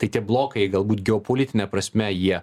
tai tie blokai galbūt geopolitine prasme jie